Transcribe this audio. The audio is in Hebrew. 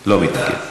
נצביע.